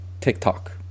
tiktok